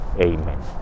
amen